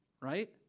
right